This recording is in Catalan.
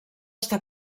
està